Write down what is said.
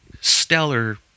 stellar